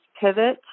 pivot